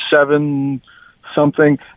seven-something